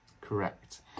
Correct